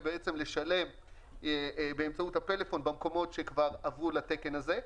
ובעצם לשלם באמצעות הפלאפון במקומות שכבר עברו לתקן הזה.